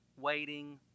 waiting